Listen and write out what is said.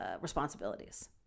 responsibilities